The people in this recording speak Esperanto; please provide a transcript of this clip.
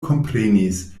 komprenis